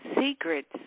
secrets